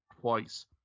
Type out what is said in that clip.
twice